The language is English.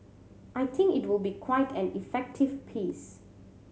I think it will be quite an effective piece